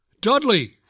Dudley